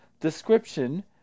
description